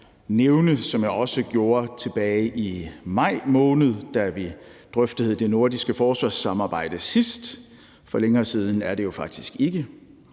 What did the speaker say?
noget, som jeg også gjorde tilbage i maj måned, da vi drøftede det nordiske forsvarssamarbejde sidst, for længere siden er det jo faktisk ikke.